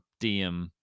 DM